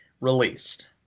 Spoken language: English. released